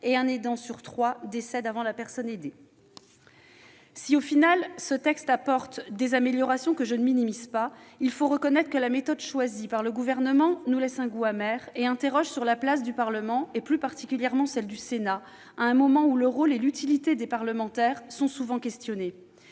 et un aidant sur trois décède avant la personne aidée. Si, finalement, ce texte apporte des améliorations que je ne minimise pas, il faut reconnaître que la méthode choisie par le Gouvernement laisse un goût amer et interroge sur la place du Parlement, et plus particulièrement celle du Sénat, à un moment où le rôle et l'utilité des parlementaires sont souvent questionnés.